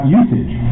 usage